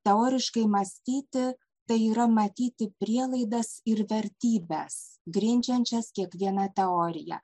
teoriškai mąstyti tai yra matyti prielaidas ir vertybes grindžiančias kiekvieną teoriją